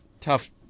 tough